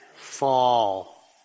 fall